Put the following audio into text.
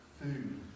food